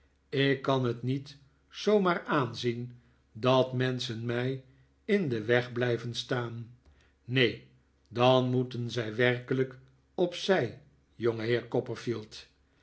ik kan het niet zoo maar aanzien dat menschen mij jn den weg blijven staan neen dan moeten zij werkelijk op zij